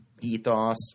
ethos